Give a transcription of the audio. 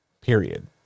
Period